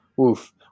Oof